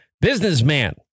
businessman